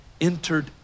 entered